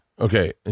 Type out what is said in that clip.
Okay